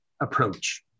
approach